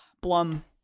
Blum